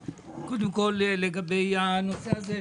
לגבי הנושא הזה.